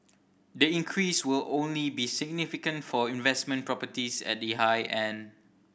the increase will only be significant for investment properties at the high end